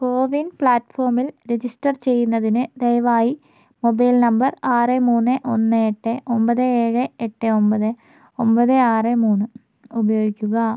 കോവിൻ പ്ലാറ്റ്ഫോമിൽ രജിസ്റ്റർ ചെയ്യുന്നതിന് ദയവായി മൊബൈൽ നമ്പർ ആറ് മൂന്ന് ഒന്ന് എട്ട് ഒമ്പത് ഏഴ് എട്ട് ഒമ്പത് ഒമ്പത് ആറ് മൂന്ന് ഉപയോഗിക്കുക